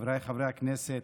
חבריי חברי הכנסת,